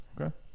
Okay